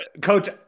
Coach